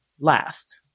last